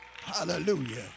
Hallelujah